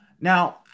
Now